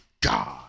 God